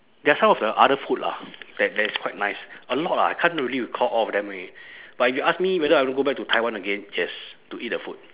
there are some of the other food lah that that is quite nice a lot ah I can't really recall all of them already but if you ask me whether I want to go back to taiwan again yes to eat the food